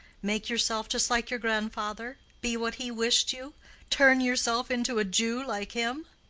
make yourself just like your grandfather be what he wished you turn yourself into a jew like him?